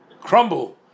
crumble